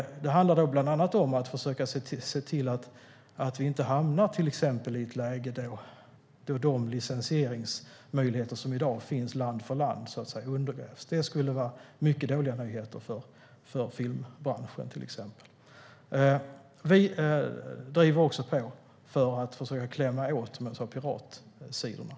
Det handlar bland annat om att försöka se till att vi exempelvis inte hamnar i ett läge där de licensieringsmöjligheter som i dag finns land för land undergrävs. Det vore mycket dåliga nyheter för bland annat filmbranschen. Vi driver på för att försöka klämma åt piratsidorna.